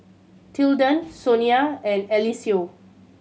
Tilden Sonia and Eliseo